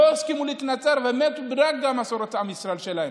לא הסכימו להתנצר ומתו רק בגלל מסורת עם ישראל שלהם.